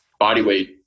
bodyweight